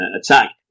attack